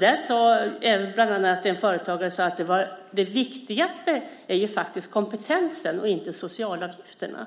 Där sade bland annat en företagare att det viktigaste ju faktiskt är kompetensen och inte de sociala avgifterna.